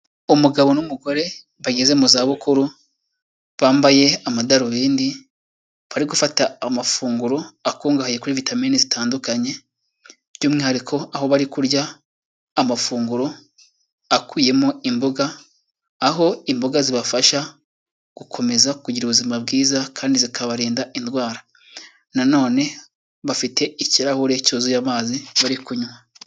Umugabo n'umugore bageze mu zabukuru, bambaye amadarubindi, bari gufata amafunguro akungahaye kuri vitamini zitandukanye by'umwihariko aho bari kurya amafunguro akubiyemo imboga, aho imboga zibafasha gukomeza kugira ubuzima bwiza kandi zikabarinda indwara. Na none bafite ikirahure cyuzuye amazi bari kunywa.